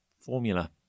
Formula